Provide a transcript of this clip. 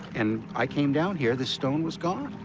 and i came down here the stone was gone.